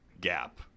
gap